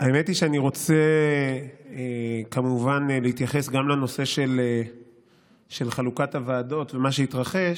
האמת היא שאני רוצה כמובן להתייחס גם לנושא חלוקת הוועדות ומה שהתרחש,